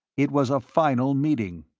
it was a final meeting!